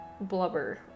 blubber